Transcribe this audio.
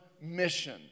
mission